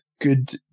good